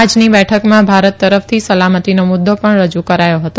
આજની બેઠકમાં ભારત તરફથી સલામતીનો મુદ્દો પણ રજુ કરાયો હતો